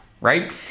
right